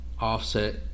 Offset